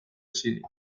ezinik